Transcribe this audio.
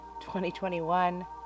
2021